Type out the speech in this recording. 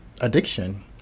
addiction